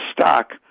stock